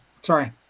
sorry